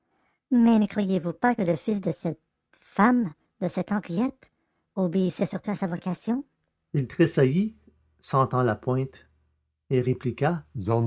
mais ne croyez-vous pas que le fils de cette femme de cette henriette obéissait surtout à sa vocation il tressaillit sentant la pointe et répliqua